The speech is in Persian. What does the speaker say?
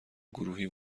گروهی